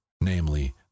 namely